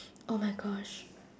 oh my gosh